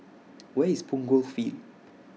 Where IS Punggol Field